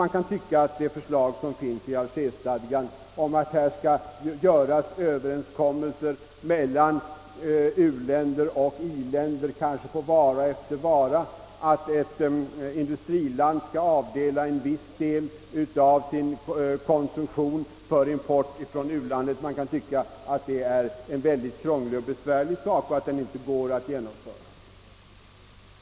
Man kan tycka att Algerstadgans förslag om att här skall göras överenskommelser mellan u-länder och i-länder på vara efter vara, att ett industriland skall avdela en viss mängd av sin konsumtion för import ifrån u-landet innebär något mycket krångligt och besvärligt som inte går att genomföra.